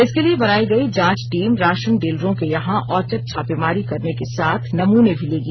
इसके लिए बनाई गई जांच टीम राशन डीलरों के यहां औचक छापेमारी करने के साथ नमूने भी लेगी